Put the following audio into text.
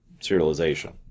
Serialization